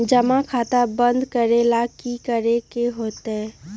जमा खाता बंद करे ला की करे के होएत?